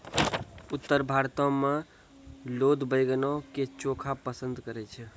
उत्तर भारतो मे लोक बैंगनो के चोखा पसंद करै छै